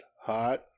hot